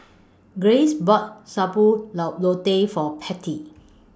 Grayce bought Sayur Lau Lodeh For Patti